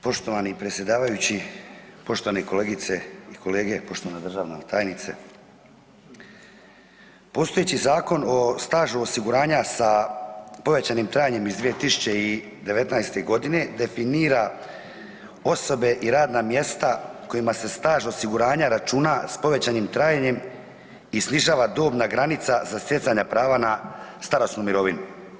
Poštovani predsjedavajući, poštovane kolegice i kolege, poštovana državna tajnice, postojeći Zakon o stažu osiguranja sa povećanim trajanjem iz 2019. godine definira osobe i radna mjesta kojima se staž osiguranja računa s povećanim trajanjem i snižava dobna granica za stjecanja prava na starosnu mirovinu.